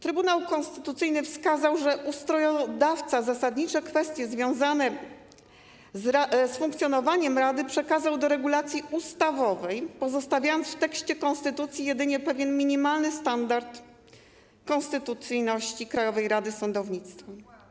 Trybunał Konstytucyjny wskazał, że ustrojodawca zasadnicze kwestie związane z funkcjonowaniem rady przekazał do regulacji ustawowej, pozostawiając w tekście konstytucji jedynie pewien minimalny standard konstytucyjności Krajowej Rady Sądownictwa.